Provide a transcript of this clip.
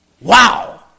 Wow